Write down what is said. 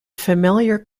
familiar